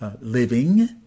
living